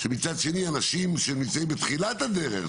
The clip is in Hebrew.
שמצד שני אנשים שנמצאים בתחילת הדרך,